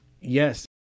Yes